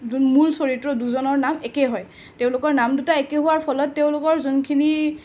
মূল চৰিত্ৰ দুজনৰ নাম একে হয় তেওঁলোকৰ নাম দুটা একে হোৱাৰ ফলত তেওঁলোকৰ যোনখিনি